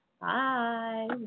Bye